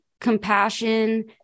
compassion